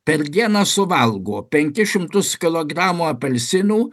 per dieną suvalgo penkis šimtus kilogramų apelsinų